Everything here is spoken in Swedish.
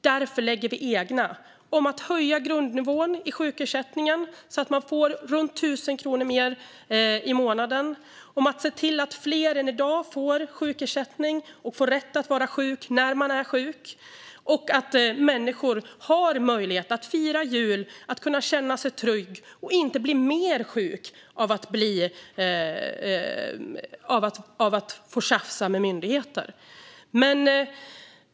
Därför lägger vi fram egna förslag om att höja grundnivån i sjukersättningen så att man får runt 1 000 kronor mer i månaden och om att se till att fler än i dag får sjukersättning och har rätt att vara sjuka när de är sjuka och att människor har möjlighet att fira jul, känna sig trygga och inte bli mer sjuka av att tjafsa med myndigheter.